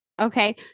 Okay